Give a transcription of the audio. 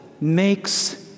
makes